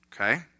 Okay